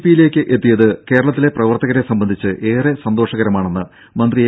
പിയിലേക്ക് എത്തിയത് കേരളത്തിലെ പ്രവർത്തകരെ സംബന്ധിച്ച് ഏറെ സന്തോഷകരമാണെന്ന് മന്ത്രി എ